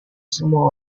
semua